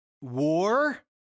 war